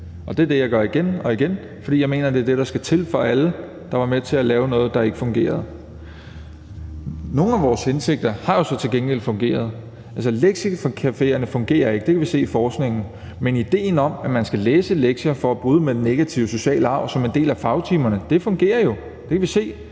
Og det er det, jeg gør igen og igen, for jeg mener, at det er det, der skal til for alle, der var med til at lave noget, der ikke fungerede. Nogle af vores tiltag har jo så til gengæld fungeret. Altså, lektiecaféerne fungerer ikke, det kan vi se af forskningen, men idéen om, at man skal læse lektier som en del af fagtimerne for at bryde med den negative sociale arv, fungerer jo. Det kan vi se.